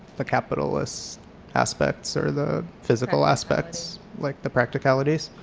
the capitalist aspects or the physical aspects, like the practicalities.